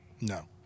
No